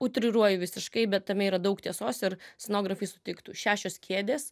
utriruoju visiškai bet tame yra daug tiesos ir scenografai sutiktų šešios kėdės